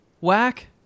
whack